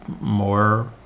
more